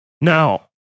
now